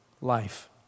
life